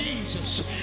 Jesus